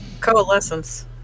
coalescence